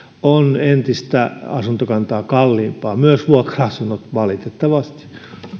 on entistä asuntokantaa kalliimpi myös vuokra asunnot valitettavasti